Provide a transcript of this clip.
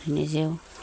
নিজেও